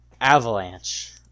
avalanche